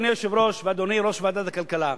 אדוני היושב-ראש ואדוני יושב-ראש ועדת הכלכלה,